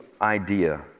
idea